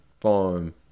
farm